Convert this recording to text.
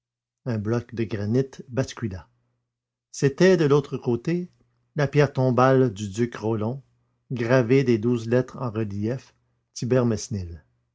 un bloc de granit bascula c'était de l'autre côté la pierre tombale du duc rollon gravée des douze lettres en relief